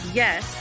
yes